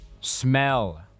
Smell